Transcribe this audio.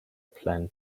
plan